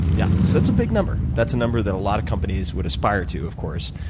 yeah so that's a big number. that's a number that a lot of companies would aspire to, of course.